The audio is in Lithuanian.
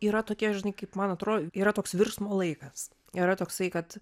yra tokie žinai kaip man atro yra toks virsmo laikas yra toksai kad